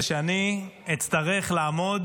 זה שאני אצטרך לעמוד